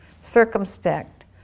Circumspect